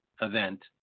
event